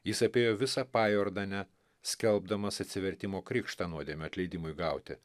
jis apėjo visą pajordanę skelbdamas atsivertimo krikštą nuodėmių atleidimui gauti